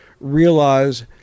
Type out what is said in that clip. realize